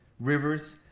rivers,